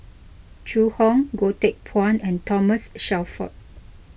Zhu Hong Goh Teck Phuan and Thomas Shelford